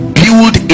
build